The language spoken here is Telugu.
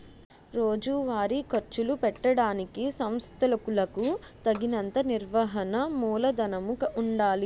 రోజువారీ ఖర్చులు పెట్టడానికి సంస్థలకులకు తగినంత నిర్వహణ మూలధనము ఉండాలి